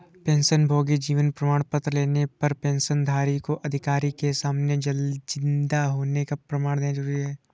पेंशनभोगी जीवन प्रमाण पत्र लेने पर पेंशनधारी को अधिकारी के सामने जिन्दा होने का प्रमाण देना जरुरी नहीं